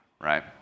right